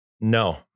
no